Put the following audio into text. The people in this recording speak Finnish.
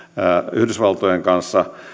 yhdysvaltojen kanssa